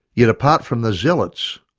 yet apart from the zealots,